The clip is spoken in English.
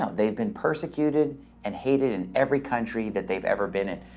they've been persecuted and hated in every country that they've ever been in.